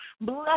bless